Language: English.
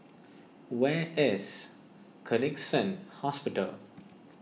where is Connexion Hospital